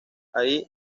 ahí